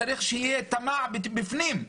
צריך שיהיה תמ"א בפנים.